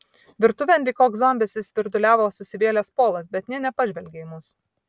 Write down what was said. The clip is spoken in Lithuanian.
virtuvėn lyg koks zombis įsvirduliavo susivėlęs polas bet nė nepažvelgė į mus